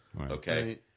Okay